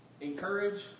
encourage